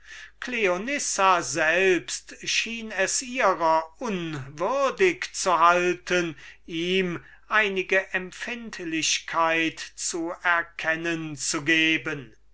selbst schien es ihrer unwürdig zu halten ihm einige empfindlichkeit zu erkennen zu geben